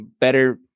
better